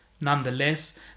Nonetheless